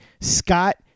Scott